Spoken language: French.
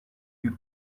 eut